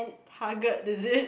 target is it